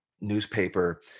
newspaper